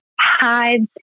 Hides